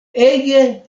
ege